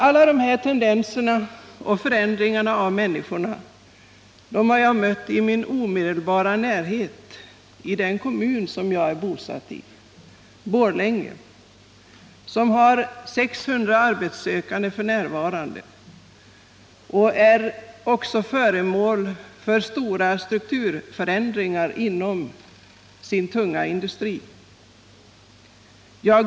Alla de här tendenserna och förändringarna av människor har jag mött i min omedelbara närhet i den kommun där jag är bosatt, Borlänge, som har 600 arbetssökande f. n. och också är föremål för stora strukturförändringar inom sin tunga industri.